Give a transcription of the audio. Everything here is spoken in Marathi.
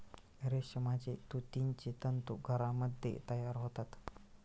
रेशमाचे तुतीचे तंतू घरामध्ये तयार होतात